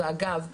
ואגב,